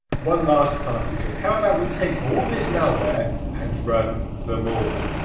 one last party trick. how about we take all this malware and run them all,